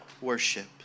worship